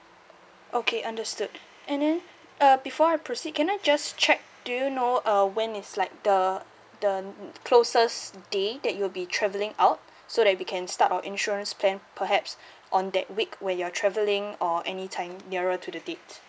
okay understood and then uh before I proceed can I just check do you know uh when is like the the closest day that you'll be travelling out so that we can start our insurance plan perhaps on that week when you're traveling or any time nearer to the date